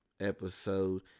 episode